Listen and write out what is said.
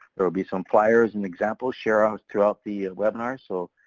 there will be some flyers and examples shared throughout the webinar, so